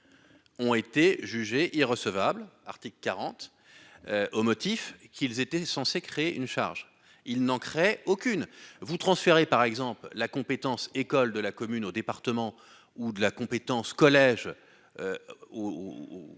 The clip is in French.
Ont été jugés irrecevables Arctique 40. Au motif qu'ils étaient sensé créer une charge il manquerait aucune vous transférer par exemple la compétence écoles de la commune au département ou de la compétence collège. Au à la région